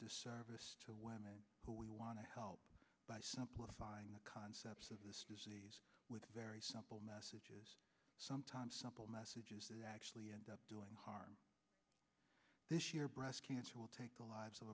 disservice to women who we want to help by simplifying the concepts of this disease with very simple messages sometimes simple messages that actually end up doing harm this year breast cancer will take the lives of